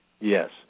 yes